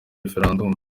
referendum